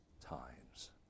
times